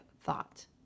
thought